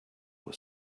was